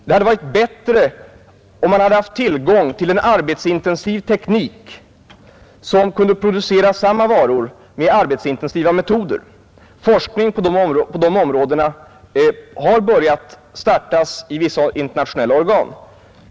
Det hade varit bättre om man hade haft tillgång till en arbetsintensiv teknik, som kunde producera samma varor med arbetsintensiva metoder. Forskning på det området har startats i vissa internationella organ.